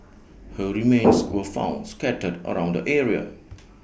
her remains were found scattered around the area